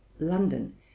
london